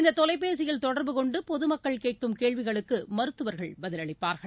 இந்த தொலைபேசியில் தொடர்பு கொண்டு பொதுமக்கள் கேட்கும் கேள்விகளுக்கு மருத்துவர்கள் பதிலளிப்பார்கள்